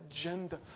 agenda